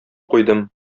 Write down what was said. куйдым